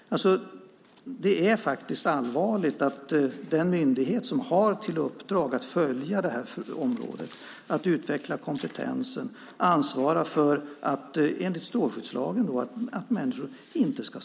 Vi har en myndighet som har till uppdrag att följa det här området, utveckla kompetensen och enligt strålskyddslagen ansvara för att människor inte skadas.